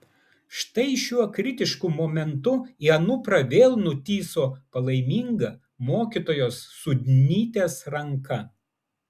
štai šiuo kritišku momentu į anuprą vėl nutįso palaiminga mokytojos sudnytės ranka